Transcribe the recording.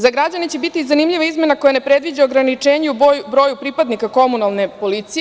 Za građane će biti zanimljiva izmena koja ne predviđa ograničenje u broju pripadnika komunalne policije.